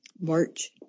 March